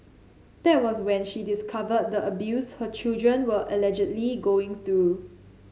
that was when she discovered the abuse her children were allegedly going through